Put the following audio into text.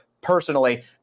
personally